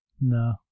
No